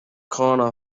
corner